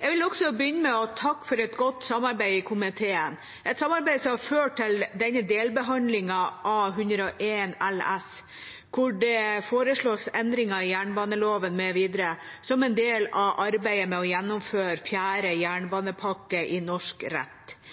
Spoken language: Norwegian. Jeg vil også begynne med å takke for et godt samarbeid i komiteen, et samarbeid som har ført til denne delbehandlingen av Prop. 101 LS for 2020–2021, hvor det foreslås endringer i jernbaneloven mv., som en del av arbeidet med å gjennomføre fjerde jernbanepakke i norsk rett.